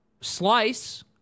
slice